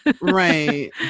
right